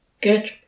good